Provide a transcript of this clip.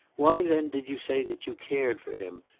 why, then, did you say that you cared for him?